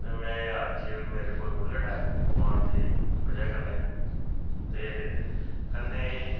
ते मैं अज्ज मेरे कोल बुलेट ऐ भगवान दी वजह कन्नै ते कन्नै